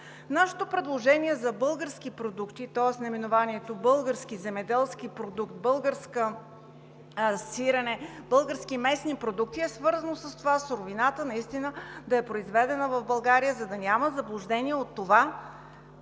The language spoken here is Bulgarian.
Нашето предложение за български продукти, тоест наименованията „български земеделски продукт“, „българско сирене“, „български месни продукти“, е свързано с това суровината наистина да е произведена в България, за да няма заблуждение –